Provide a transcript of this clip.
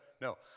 no